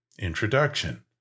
Introduction